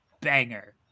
banger